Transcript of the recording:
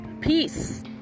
Peace